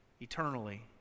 eternally